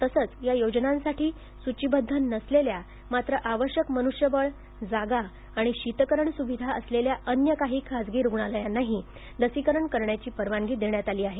तसंच या योजनांसाठी सूचीबद्ध नसलेल्या मात्र आवश्यक मनुष्यबळ जागा आणि शीतकरण सुविधा असलेल्या अन्य काही खासगी रुग्णालयांनाही लसीकरण करण्याची परवानगी देण्यात आली आहे